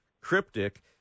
cryptic